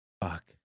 Fuck